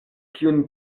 kiun